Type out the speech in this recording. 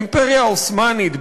האימפריה העות'מאנית.